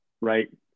right